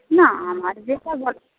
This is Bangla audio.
না আমার যেটা বলার